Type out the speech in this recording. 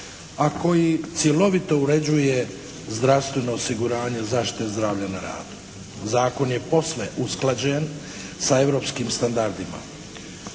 a koji cjelovito uređuje zdravstveno osiguranje zaštite zdravlja na radu. Zakon je posve usklađen sa europskim standardima.